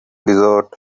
desert